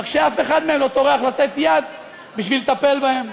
רק שאף אחד מהם לא טורח לתת יד בשביל לטפל בהם.